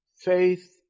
faith